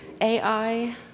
AI